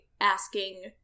asking